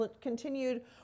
continued